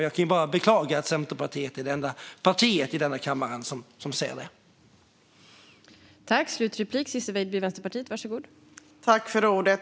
Jag kan bara beklaga att Centerpartiet är det enda partiet i denna kammare som ser detta.